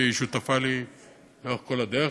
שהיא שותפה לי לאורך כל הדרך,